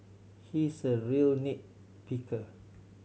he is a real nit picker